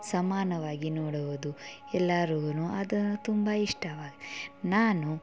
ಸಮಾನವಾಗಿ ನೋಡುವುದು ಎಲ್ಲಾರುಗು ಅದು ತುಂಬ ಇಷ್ಟ ನಾನು